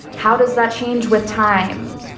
how does that change with time?